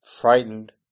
frightened